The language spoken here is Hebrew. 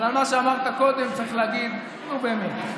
אבל על מה שאמרת קודם צריך להגיד: נו, באמת.